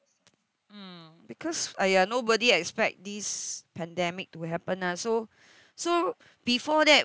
mm because !aiya! nobody expect this pandemic to happen lah so so before that